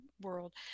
world